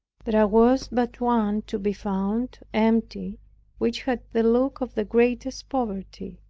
there was but one to be found empty which had the look of the greatest poverty.